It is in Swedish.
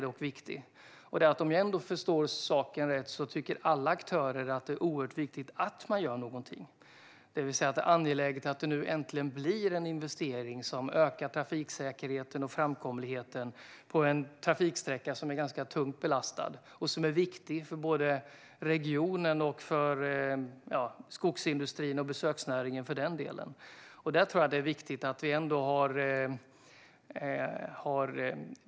Om jag förstår saken rätt tycker alla aktörer att det är oerhört viktigt att man gör någonting, det vill säga att det är angeläget att det nu äntligen blir en investering som ökar trafiksäkerheten och framkomligheten på en trafiksträcka som är ganska tungt belastad och som är viktig för regionen, skogsindustrin och för den delen besöksnäringen.